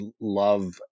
love